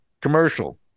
commercial